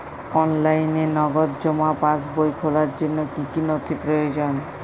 অনলাইনে নগদ জমা পাসবই খোলার জন্য কী কী নথি প্রয়োজন?